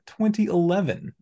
2011